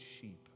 sheep